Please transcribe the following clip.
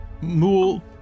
Mool